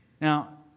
Now